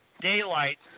daylight